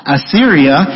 Assyria